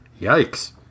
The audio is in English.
Yikes